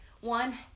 one